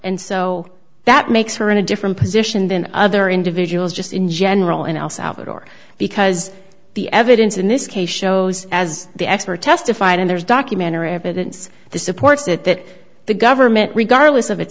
and so that makes her in a different position than other individuals just in general in el salvador because the evidence in this case shows as the expert testified and there's documentary evidence the supports that the government regardless of